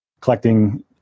collecting